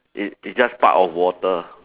it it's just part of water